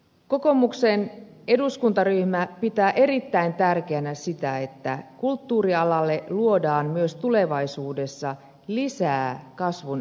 kokoomuksen eduskuntaryhmä pitää erittäin tärkeänä sitä että kulttuurialalle luodaan myös tulevaisuudessa lisää kasvun edellytyksiä